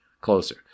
closer